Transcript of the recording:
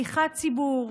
שליחת ציבור,